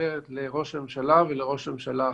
עוברת לראש הממשלה ולראש הממשלה החליפי.